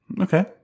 okay